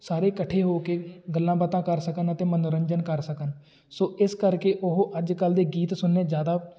ਸਾਰੇ ਇਕੱਠੇ ਹੋ ਕੇ ਗੱਲਾਂ ਬਾਤਾਂ ਕਰ ਸਕਣ ਅਤੇ ਮਨੋਰੰਜਨ ਕਰ ਸਕਣ ਸੋ ਇਸ ਕਰਕੇ ਉਹ ਅੱਜ ਕੱਲ੍ਹ ਦੇ ਗੀਤ ਸੁਣਨੇ ਜ਼ਿਆਦਾ